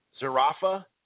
Zarafa